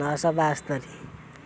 ନଅଶହ ବାସ୍ତରି